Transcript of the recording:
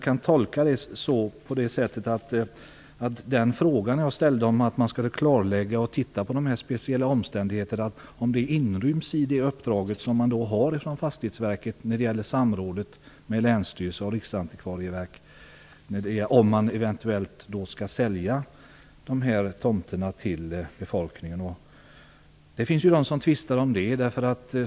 Kan det tolkas så att det jag frågade om - att man skall klarlägga och se över de här speciella omständigheterna - inryms i det uppdrag som Fastighetsverket har när det gäller samråd med länsstyrelse och Riksantikvarieämbetet om man eventuellt skall sälja de här tomterna till befolkningen? Det finns de som tvistar om det.